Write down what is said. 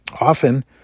Often